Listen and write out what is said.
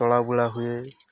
ତଳା ଗୁଳା ହୁଏ